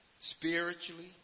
spiritually